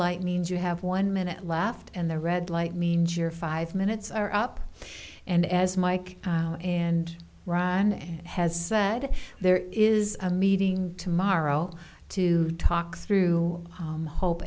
light means you have one minute left and the red light means your five minutes are up and as mike and ron has said there is a meeting tomorrow to talk through hope